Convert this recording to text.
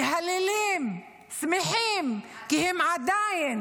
מהללים, שמחים, כי עדיין